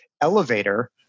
elevator